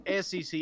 sec